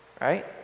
Right